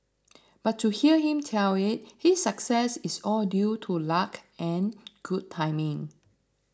but to hear him tell it his success is all due to luck and good timing